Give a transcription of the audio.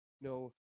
No